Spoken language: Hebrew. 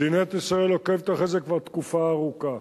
מדינת ישראל עוקבת אחרי זה כבר תקופה ארוכה.